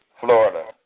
Florida